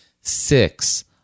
six